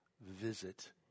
visit